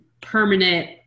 permanent